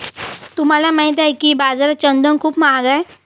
तुम्हाला माहित आहे का की बाजारात चंदन खूप महाग आहे?